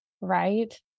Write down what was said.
Right